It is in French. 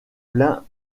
plein